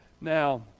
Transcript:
Now